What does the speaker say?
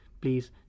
please